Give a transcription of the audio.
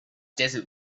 desert